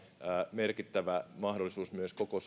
merkittävä mahdollisuus myös koko